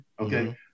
okay